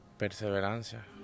perseverancia